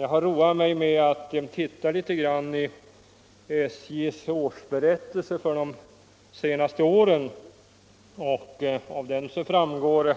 Jag har roat mig med att titta litet i SJ:s årsberättelser för de senaste åren. Av dem framgår